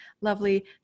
lovely